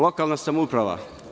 Lokalna samouprava.